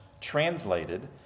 translated